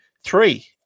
three